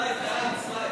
להצביע.